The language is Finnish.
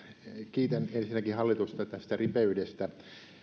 kiitän ensinnäkin hallitusta tästä ripeydestä